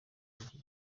n’iki